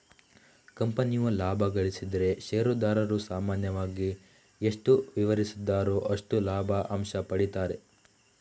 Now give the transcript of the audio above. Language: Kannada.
ಕಂಪನಿಯು ಲಾಭ ಗಳಿಸಿದ್ರೆ ಷೇರುದಾರರು ಸಾಮಾನ್ಯವಾಗಿ ಎಷ್ಟು ವಿವರಿಸಿದ್ದಾರೋ ಅಷ್ಟು ಲಾಭದ ಅಂಶ ಪಡೀತಾರೆ